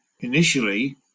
Initially